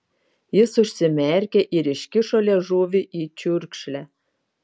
jis užsimerkė ir iškišo liežuvį į čiurkšlę